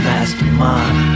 Mastermind